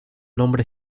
nombre